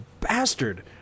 bastard